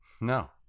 No